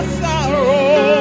sorrow